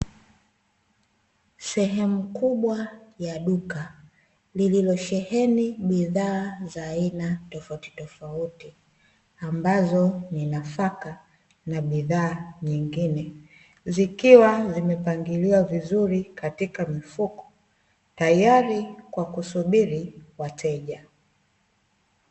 Sehemu kubwa ya duka lililosheheni bidhaa za aina tofautitofauti, ambazo ni nafaka na bidhaa nyingine, zikiwa zimepangiliwa vizuri katika mifuko tayari kwa kusubiri wateja.